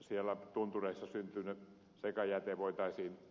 siellä tuntureissa syntynyt sekajäte voitaisiin hyvin polttaa